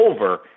over